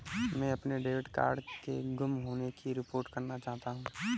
मैं अपने debit card के गुम होने की रिपोर्ट करना चाहता हूँ